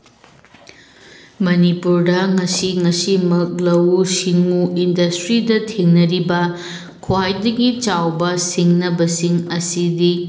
ꯃꯅꯤꯄꯨꯔꯗ ꯉꯁꯤ ꯉꯁꯤꯃꯛ ꯂꯧꯎ ꯁꯤꯡꯎ ꯏꯟꯗꯁꯇ꯭ꯔꯤꯗ ꯊꯦꯡꯅꯔꯤꯕ ꯈ꯭ꯋꯥꯏꯗꯒꯤ ꯆꯥꯎꯕ ꯁꯤꯡꯅꯕꯁꯤꯡ ꯑꯁꯤꯗꯤ